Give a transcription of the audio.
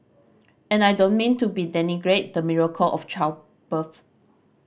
and I don't mean to be denigrate the miracle of childbirth